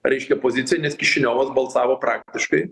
reiškia pozicinis kišiniovas balsavo praktiškai